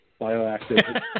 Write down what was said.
bioactive